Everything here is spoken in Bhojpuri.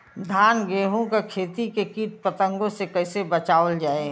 धान गेहूँक खेती के कीट पतंगों से कइसे बचावल जाए?